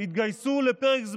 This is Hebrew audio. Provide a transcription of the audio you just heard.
ובזה אני